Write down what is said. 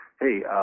hey